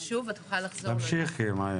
תמשיכי.